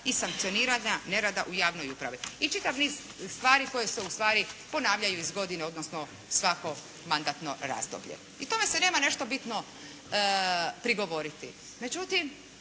i sankcioniranja nerada u javnoj upravi i čitav niz stvari koje se ustvari ponavljaju iz godine, odnosno svako mandatno razdoblje. I tome se nema ništa bitno prigovoriti.